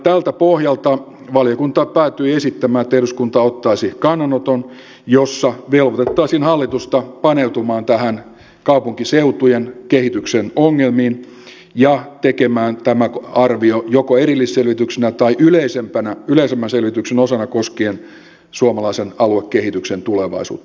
tältä pohjalta valiokunta päätyi esittämään että eduskunta ottaisi kannanoton jossa velvoitettaisiin hallitusta paneutumaan kaupunkiseutujen kehityksen ongelmiin ja tekemään tämä arvio joko erillisselvityksenä tai yleisemmän selvityksen osana koskien suomalaisen aluekehityksen tulevaisuutta